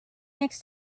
next